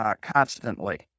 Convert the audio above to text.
constantly